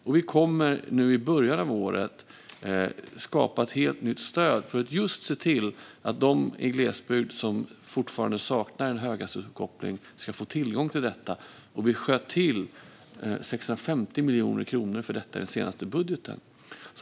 Regeringen kommer nu i början av året att skapa ett helt nytt stöd just för att se till att de i glesbygd som fortfarande saknar en höghastighetsuppkoppling ska få tillgång till detta. Vi sköt till 650 miljoner kronor för detta i den senaste budgeten.